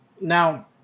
Now